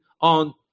on